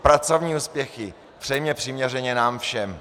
Pracovní úspěchy přejme přiměřeně nám všem.